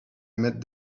met